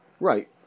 Right